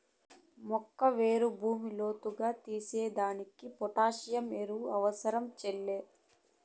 మొక్క ఏరు భూమిలో లోతుగా తీసేదానికి పొటాసియం ఎరువు అవసరం సెల్లే